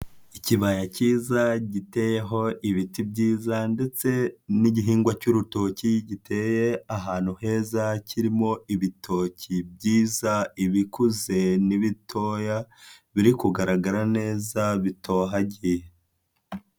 Ikibaya cyiza, giteyeho ibiti byiza ndetse n'igihingwa cy'urutoki giteye ahantu heza, kirimo ibitoki byiza, ibikuze n'ibitoya, biri kugaragara neza, bitohagiye.